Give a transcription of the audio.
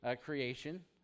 creation